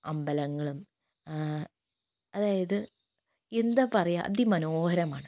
അമ്പലങ്ങളും അതായത് എന്താ പറയുക അതിമനോഹരമാണ്